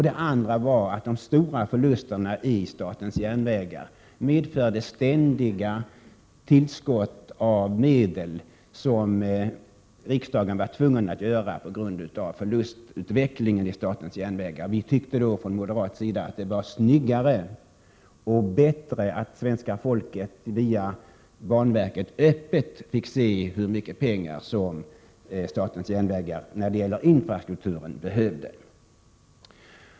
Det andra skälet är att de stora förlusterna i statens järnvägar medförde att riksdagen var tvungen att besluta om ständiga tillskott av medel. Vi tyckte från moderat sida att det var snyggare och bättre att svenska folket via banverket öppet fick se hur mycket pengar SJ behöver när det gäller infrastrukturen.